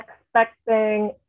expecting